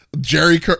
jerry